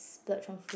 splurge on food